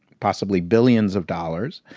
possibly billions of dollars.